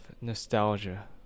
nostalgia